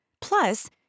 Plus